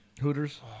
Hooters